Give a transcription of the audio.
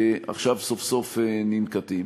עכשיו סוף-סוף ננקטים.